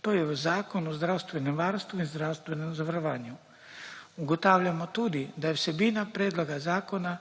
to je v Zakon o zdravstvenem varstvu in zdravstvenem zavarovanju. Ugotavljamo tudi, da je vsebina predloga zakona